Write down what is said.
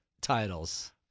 titles